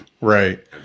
Right